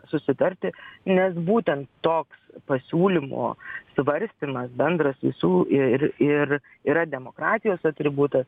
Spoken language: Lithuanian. susitarti nes būten toks pasiūlymo svarstymas bendras visų ir ir yra demokratijos atributas